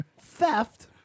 theft